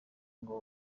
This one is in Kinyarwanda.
ngo